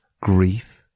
grief